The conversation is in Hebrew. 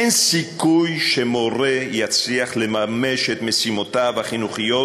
אין סיכוי שמורה יצליח לממש את משימותיו החינוכיות